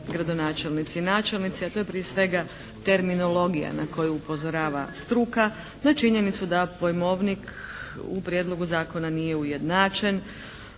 gradonačelnici i načelnici a to je prije svega terminologija na koju upozorava struka, na činjenicu da pojmovnik u prijedlogu zakona nije ujednačen.